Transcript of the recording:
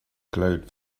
glowed